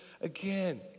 again